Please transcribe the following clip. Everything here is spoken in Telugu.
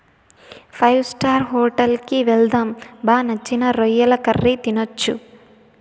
ఫైవ్ స్టార్ హోటల్ కి వెళ్దాం బా నచ్చిన రొయ్యల కర్రీ తినొచ్చు